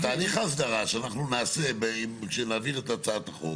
בתהליך ההסדרה שאנחנו נעשה כשנעביר את הצעת החוק,